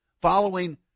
following